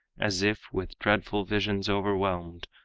as if with dreadful visions overwhelmed,